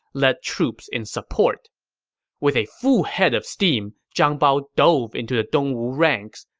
led troops in support with a full head of steam, zhang bao dove into the dongwu ranks.